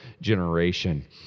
generation